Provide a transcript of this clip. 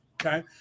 okay